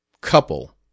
Couple